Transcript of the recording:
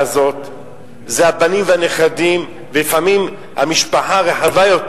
הזאת זה הבנים והנכדים ולפעמים המשפחה המורחבת,